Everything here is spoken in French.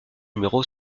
numéro